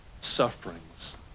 sufferings